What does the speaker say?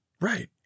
right